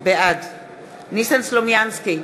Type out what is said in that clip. בעד ניסן סלומינסקי,